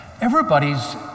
Everybody's